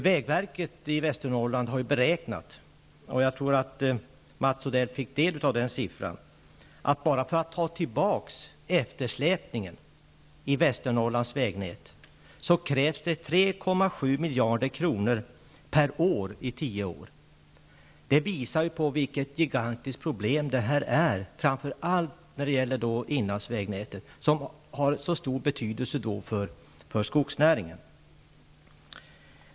Vägverket i Västernorrland har beräknat -- jag tror att Mats Odell fick del av den siffran -- att det krävs 3,7 miljarder kronor per år i tio år bara för att ta tillbaka eftersläpningen i Västernorrlands vägnät. Det visar vilket gigantiskt problem det här är, framför allt när det gäller inlandsvägnätet, som har så stor betydelse för skogsnäringen.